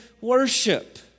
worship